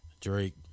Drake